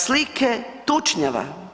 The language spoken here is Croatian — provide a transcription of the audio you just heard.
Slike tučnjava.